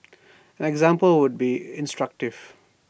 an example would be instructive